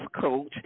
coach